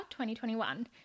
2021